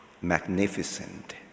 magnificent